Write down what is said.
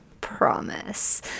promise